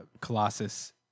Colossus